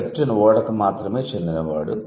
captain ఓడకు మాత్రమే చెందినవాడు